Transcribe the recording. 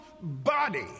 body